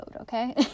okay